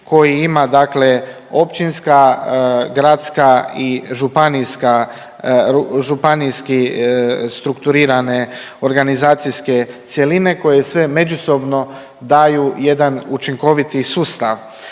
koji ima općinska, gradska i županijski strukturirane organizacijske cjeline koje sve međusobno daju jedan učinkoviti sustav.